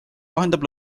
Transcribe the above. vahendab